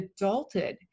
adulted